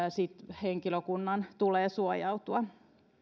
henkilökunnan tulee suojautua